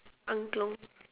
angklung